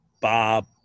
Bob